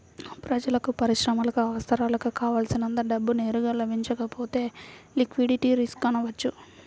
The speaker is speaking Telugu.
ప్రజలకు, పరిశ్రమలకు అవసరాలకు కావల్సినంత డబ్బు నేరుగా లభించకపోతే లిక్విడిటీ రిస్క్ అనవచ్చు